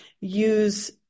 use